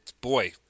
boy